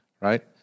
right